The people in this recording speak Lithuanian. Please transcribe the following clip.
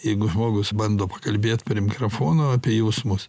jeigu žmogus bando pakalbėt per mikrofono apie jausmus